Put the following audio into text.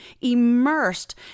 immersed